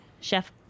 Chef